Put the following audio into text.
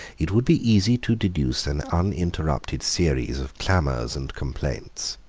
it would be easy to deduce an uninterrupted series of clamors and complaints.